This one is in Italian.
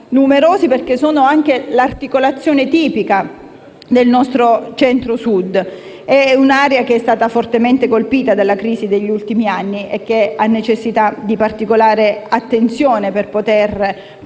e costituiscono l'articolazione tipica del nostro Centro Sud, un'area che è stata fortemente colpita dalla crisi degli ultimi anni, che ha necessità di particolare attenzione per poter